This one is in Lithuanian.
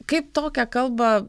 kaip tokią kalbą